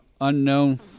unknown